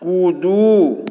कूदू